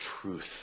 truth